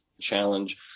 challenge